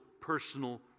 personal